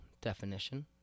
definition